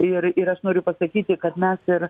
ir ir aš noriu pasakyti kad mes ir